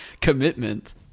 commitment